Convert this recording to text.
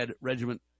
Regiment